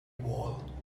wall